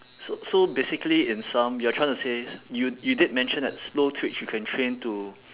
so so basically in sum you are trying to say you you did mention that slow twitch you can train to